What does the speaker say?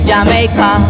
Jamaica